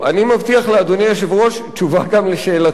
אני מבטיח לאדוני היושב-ראש תשובה גם על שאלתו.